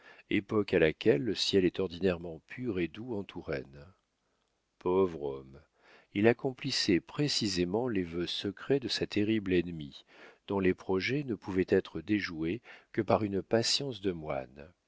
époque à laquelle le ciel est ordinairement pur et doux en touraine pauvre homme il accomplissait précisément les vœux secrets de sa terrible ennemie dont les projets ne pouvaient être déjoués que par une patience de moine